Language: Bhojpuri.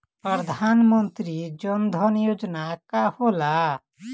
प्रधानमंत्री जन धन योजना का होला?